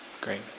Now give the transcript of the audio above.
Great